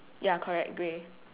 ya correct grey